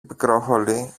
πικρόχολη